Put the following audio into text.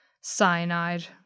Cyanide